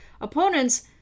opponents